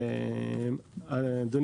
ואנחנו